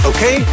Okay